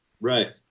Right